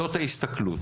זאת ההסתכלות.